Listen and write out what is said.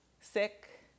sick